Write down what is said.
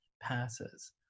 passes